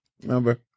Remember